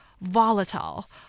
volatile